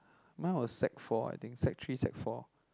mine was sec four I think sec three sec four